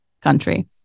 country